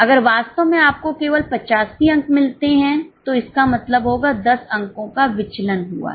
अगर वास्तव में आपको केवल 85 अंक मिलते हैं तो इसका मतलब होगा 10 अंकों का विचलन हुआ है